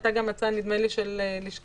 הייתה גם הצעה, נדמה לי, של לשכת